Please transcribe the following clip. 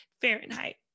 Fahrenheit